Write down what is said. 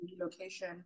location